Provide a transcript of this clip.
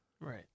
right